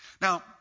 Now